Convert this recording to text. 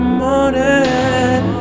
morning